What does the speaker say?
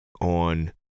on